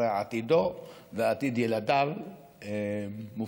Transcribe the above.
הרי עתידו ועתיד ילדיו מובטחים.